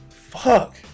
Fuck